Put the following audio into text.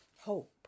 hope